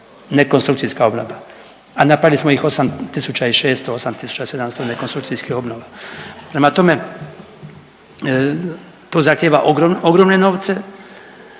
nekonstrukcijska obnova a napravili smo ih 8600, 8700 nekonstrukcijskih obnova. Prema tome, to zahtijeva ogromne novce.